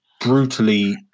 brutally